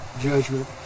judgment